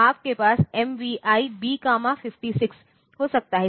आप के पास MVI B56 हो सकताहैं